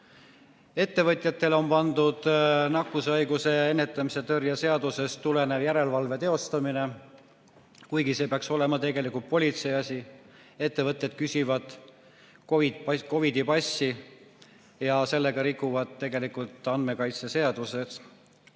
Ettevõtjatele on pandud nakkushaiguste ennetamise ja tõrje seadusest tulenev järelevalve teostamine, kuigi see peaks olema tegelikult politsei asi. Ettevõtted küsivad COVID-i passi ja rikuvad sellega tegelikult andmekaitseseadust.